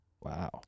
Wow